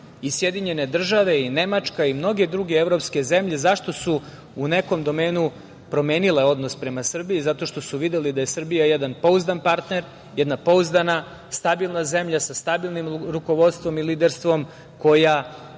i SAD i Nemačka i mnoge druge evropske zemlje, zašto su u nekom domenu promenile odnos prema Srbiji, zato što su videli da je Srbija jedan pouzdan partner, jedna pouzdana, stabilna zemlja sa stabilnim rukovodstvom i liderstvom koja,